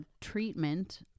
treatment